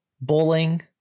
bowling